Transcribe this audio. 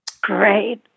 Great